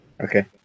Okay